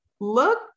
look